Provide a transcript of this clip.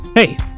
Hey